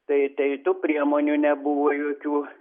tai tai tų priemonių nebuvo jokių